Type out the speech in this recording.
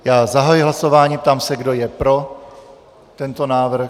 Já zahajuji hlasování, ptám se, kdo je pro tento návrh.